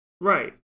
right